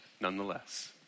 nonetheless